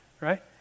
right